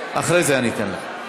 אחרי זה אני אתן לך.